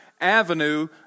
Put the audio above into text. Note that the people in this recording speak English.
avenue